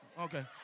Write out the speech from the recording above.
Okay